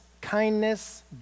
kindness